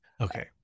Okay